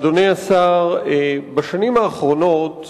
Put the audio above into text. אדוני השר, בשנים האחרונות